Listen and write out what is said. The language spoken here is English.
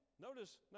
notice